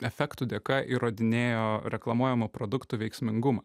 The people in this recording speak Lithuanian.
efektų dėka įrodinėjo reklamuojamų produktų veiksmingumą